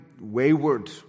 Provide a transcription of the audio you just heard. wayward